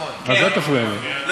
תתקדם.